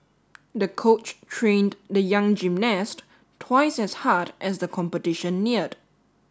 the coach trained the young gymnast twice as hard as the competition neared